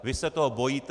Vy se toho bojíte.